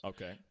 Okay